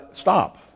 stop